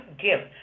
gift